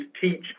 teach